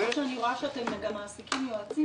למרות שאני רואה שאתם גם מעסיקים יועצים,